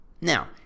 Now